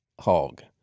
hog